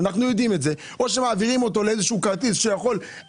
אנחנו שומעים פה מרון תומר לגבי תחנת אשכול,